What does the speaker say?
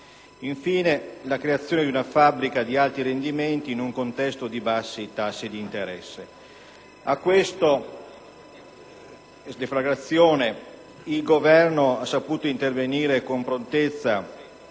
infine, la creazione di una fabbrica di alti rendimenti in un contesto di bassi tassi d'interesse. Di fronte a questa deflagrazione, il Governo ha saputo intervenire con prontezza